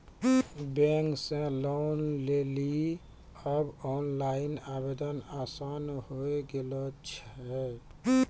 bank से loan लेली आब ओनलाइन आवेदन आसान होय गेलो छै